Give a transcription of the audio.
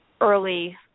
early